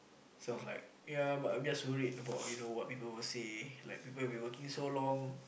sounds like ya but I'm just worried about you know what people would say like people you've been working so long